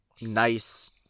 nice